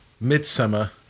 Midsummer